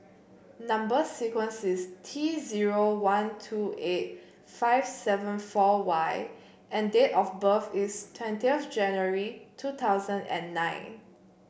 number sequence is T zero one two eight five seven four Y and date of birth is twentieth January two thousand and nine